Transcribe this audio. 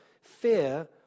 fear